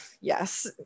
yes